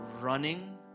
running